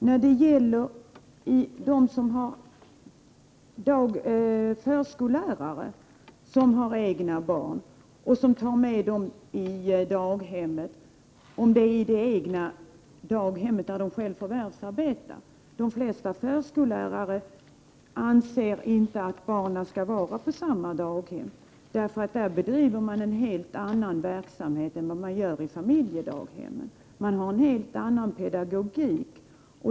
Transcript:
När det gäller förskollärare som tar med det egna barnet till det daghem där de själva arbetar, så menar jag att de flesta förskollärare anser att deras egna barn inte skall vara vid samma daghem. Där bedriver man en helt annan verksamhet än i familjedaghemmen och använder en helt annan pedagogik.